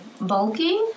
bulky